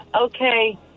Okay